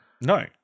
No